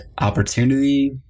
opportunity